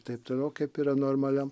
taip toliau kaip yra normaliam